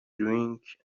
drink